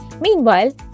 Meanwhile